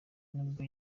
nubwo